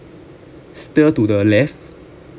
steer to the left